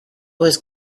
was